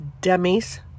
dummies